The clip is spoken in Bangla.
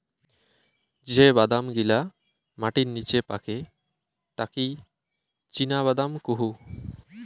যে বাদাম গিলা মাটির নিচে পাকে তাকি চীনাবাদাম কুহু